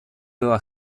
była